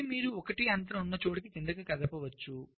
A మీరు 1 అంతరం ఉన్న చోటికి క్రిందికి కదపవచ్చు